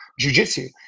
jujitsu